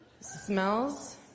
smells